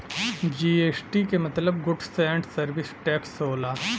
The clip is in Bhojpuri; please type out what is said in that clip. जी.एस.टी के मतलब गुड्स ऐन्ड सरविस टैक्स होला